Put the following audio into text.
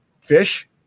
fish